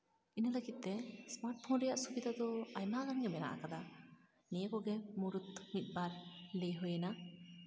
ᱤᱱᱟᱹ ᱞᱟᱹᱜᱤᱫ ᱛᱮ ᱥᱢᱟᱨᱴ ᱯᱷᱳᱱ ᱨᱮᱭᱟᱜ ᱥᱩᱵᱤᱫᱷᱟ ᱫᱚ ᱟᱭᱢᱟ ᱜᱟᱱᱜᱮ ᱢᱮᱱᱟᱜ ᱠᱟᱫᱟ ᱱᱤᱭᱟᱹ ᱠᱚᱜᱮ ᱢᱩᱬᱩᱫ ᱢᱤᱫᱼᱵᱟᱨ ᱞᱟᱹᱭ ᱦᱩᱭ ᱮᱱᱟ